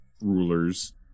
rulers